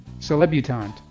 Celebutant